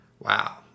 Wow